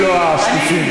ולא השקופים.